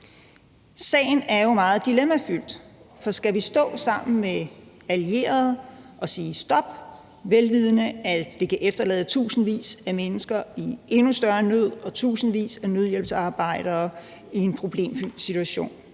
Sagen er jo meget dilemmafyldt, for skal vi stå sammen med allierede og sige stop, vel vidende at det kan efterlade tusindvis af mennesker i endnu større nød og tusindvis af nødhjælpsarbejdere i en problemfyldt situation?